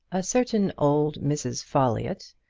a certain old mrs. folliott,